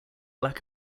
lack